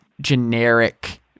generic